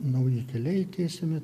nauji keliai tiesiami